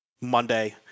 Monday